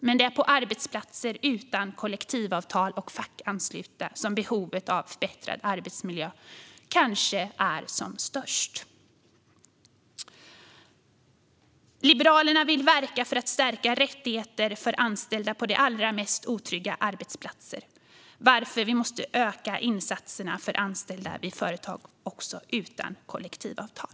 Men det är på arbetsplatser utan kollektivavtal och fackanslutna som behovet av förbättrad arbetsmiljö kanske är som störst. Liberalerna vill verka för att stärka rättigheter för anställda på de allra mest otrygga arbetsplatser varför vi också måste öka insatserna för anställda på företag utan kollektivavtal.